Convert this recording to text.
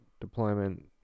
deployment